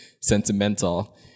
sentimental